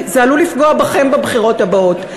זה עלול לפגוע בכם בבחירות הבאות.